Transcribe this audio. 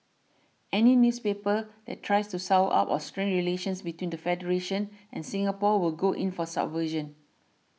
any newspaper that tries to sour up or strain relations between the federation and Singapore will go in for subversion